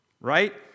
Right